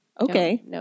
Okay